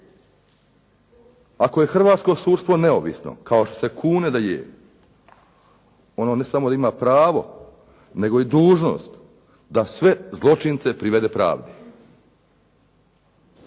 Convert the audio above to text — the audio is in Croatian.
Ako je hrvatsko sudstvo neovisno, kao što se kune da je, ono ne samo da ima pravo nego i dužnost da sve zločince privede pravdi,